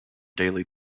daily